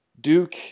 Duke